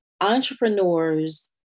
entrepreneurs